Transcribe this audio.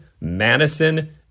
Madison